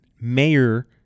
mayor